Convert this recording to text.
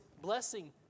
blessing